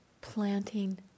planting